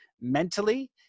mentally